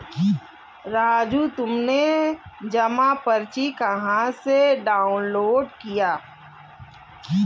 राजू तुमने जमा पर्ची कहां से डाउनलोड किया?